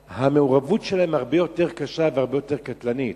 והמעורבות שלהם הרבה יותר קשה והרבה יותר קטלנית.